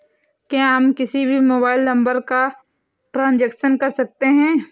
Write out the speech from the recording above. क्या हम किसी भी मोबाइल नंबर का ट्रांजेक्शन कर सकते हैं?